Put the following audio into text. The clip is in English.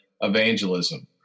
evangelism